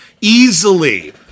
Easily